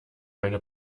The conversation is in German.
meine